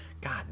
god